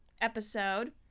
episode